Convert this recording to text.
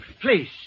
please